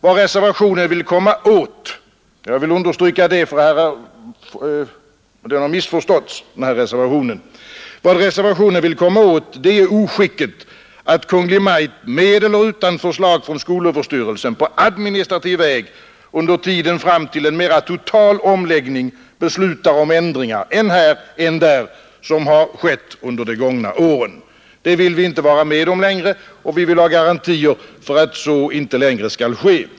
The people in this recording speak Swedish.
Vad reservationen vill komma åt — jag vill understryka det, för den har missförståtts — är oskicket att Kungl. Maj:t med eller utan förslag från skolöverstyrelsen på administrativ väg under tiden fram till en mera total omläggning beslutar om ändringar än här, än där, som har skett under de gångna åren. Det vill vi inte vara med om längre, och vi vill ha garantier för att så inte längre skall ske.